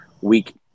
week